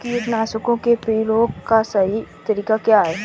कीटनाशकों के प्रयोग का सही तरीका क्या है?